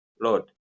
Lord